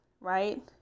right